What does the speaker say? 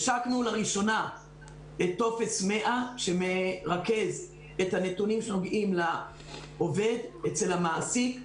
השקנו לראשונה את טופס 100 שמרכז את הנתונים שנוגעים לעובד אצל המעסיק.